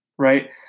right